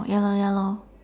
ya lor ya lor